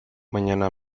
mañana